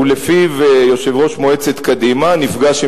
שלפיו יושב-ראש מועצת קדימה נפגש עם